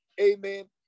Amen